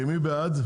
מי בעד?